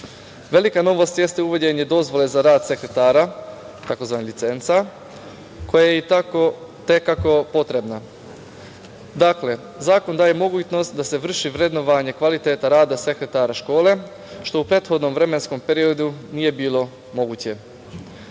Velika novost jeste uvođenje dozvole za rad sekretara, tzv. „licenca“, koja je i te kako potrebna. Dakle, zakon daje mogućnost da se vrši vrednovanje kvaliteta rada sekretara škole, što u prethodnom vremenskom periodu nije bilo moguće.